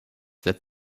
that